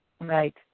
Right